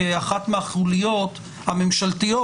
כי אחת מהחוליות הממשלתיות